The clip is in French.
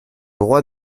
roi